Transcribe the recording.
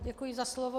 Děkuji za slovo.